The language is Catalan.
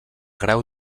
grau